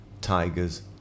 tigers